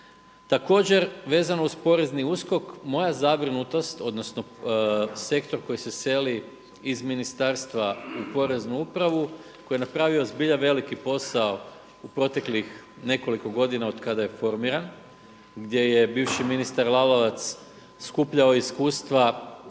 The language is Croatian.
Također vezano uz porezni USKOK moja zabrinutost odnosno sektor koji se seli iz ministarstva u poreznu upravu, koji je napravio zbilja veliki posao u proteklih nekoliko godina od kada je formiran, gdje je bivši ministar Lalovac skupljao iskustva i